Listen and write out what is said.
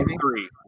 three